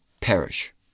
perish